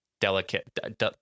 delicate